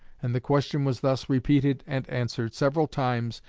and the question was thus repeated and answered several times,